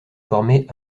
formé